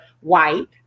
white